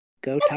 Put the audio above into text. Go